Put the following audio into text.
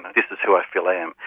this is who i feel i am.